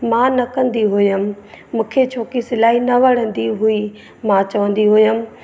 मां न कंदी हुयमि मूंखे छो कि सिलाई न वणंदी हुई मां चवंदी हुयमि